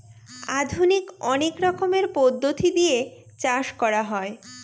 আধুনিক অনেক রকমের পদ্ধতি দিয়ে চাষ করা হয়